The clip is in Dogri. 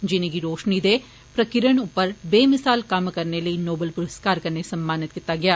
जिनेंगी रोशनी दे प्रकीर्णन उप्पर बेमिसाल कम्म करने लेई नोबल पुरस्कार कन्नै सम्मानित कीता गेआ